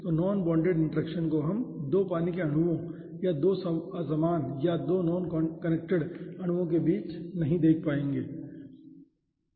तो non bonded interaction को हम 2 पानी के अणुओं या 2 असमान या 2 नॉन कनेक्टेड अणुओं के बीच देख पाएंगे ठीक है